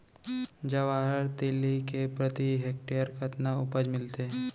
जवाहर तिलि के प्रति हेक्टेयर कतना उपज मिलथे?